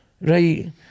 right